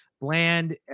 Bland